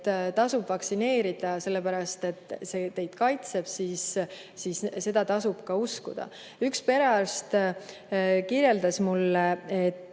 et tasub vaktsineerida, sellepärast et see kaitseb, siis seda tasub uskuda. Üks perearst kirjeldas mulle, et